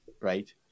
right